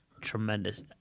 tremendous